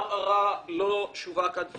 ערערה לא שווק עד סופו.